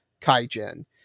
kaijin